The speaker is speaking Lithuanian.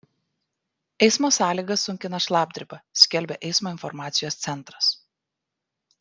eismo sąlygas sunkina šlapdriba skelbia eismo informacijos centras